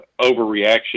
overreaction